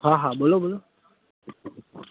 હા હા બોલો બોલો